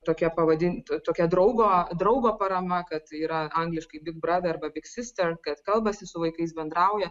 tokia pavadint tokia draugo draugo parama kad yra angliškai big braver arba big sister kad kalbasi su vaikais bendrauja